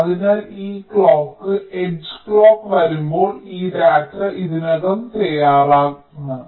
അതിനാൽ ഈ clock edge clock 1 വരുമ്പോൾ ഈ ഡാറ്റ ഇതിനകം തയ്യാറാണ്